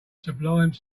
sublime